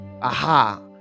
aha